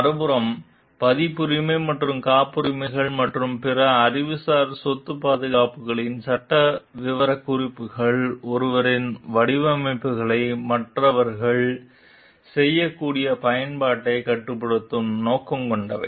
மறுபுறம் பதிப்புரிமை மற்றும் காப்புரிமைகள் மற்றும் பிற அறிவுசார் சொத்து பாதுகாப்புகளின் சட்ட விவரக்குறிப்புகள் ஒருவரின் வடிவமைப்புகளை மற்றவர்கள் செய்யக்கூடிய பயன்பாட்டைக் கட்டுப்படுத்தும் நோக்கம் கொண்டவை